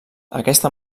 aquesta